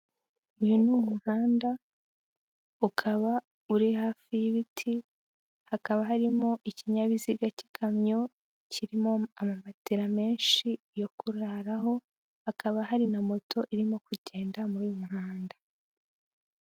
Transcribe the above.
Uyu ni umuhanda, ukaba uri hafi y'ibiti, hakaba harimo ikinyabiziga cy'ikamyo kirimo ama matera menshi yo kuraraho, hakaba hari na moto irimo kugenda muri uyu muhanda.